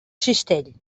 cistell